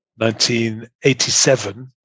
1987